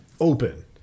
open